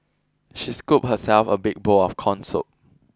she scooped herself a big bowl of corn soup